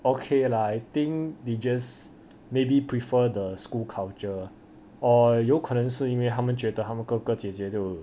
okay lah I think they just maybe prefer the school culture or 有可能是因为他们觉得他们哥哥姐姐就